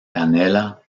canela